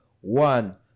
one